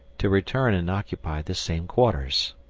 to return and occupy the same quarters.